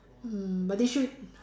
mm but they should